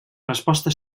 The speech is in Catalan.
resposta